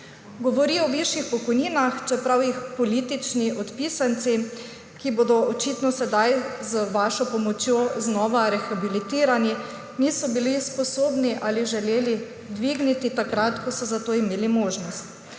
Govori o višjih pokojninah, čeprav jih politični odpisanci, ki bodo očitno sedaj z vašo pomočjo znova rehabilitirani, niso bili sposobni ali želeli dvigniti takrat, ko so za to imeli možnost.